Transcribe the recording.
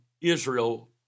Israel